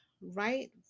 right